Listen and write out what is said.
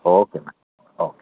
okay madam okay thank you